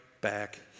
back